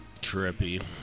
Trippy